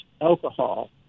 alcohol